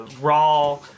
raw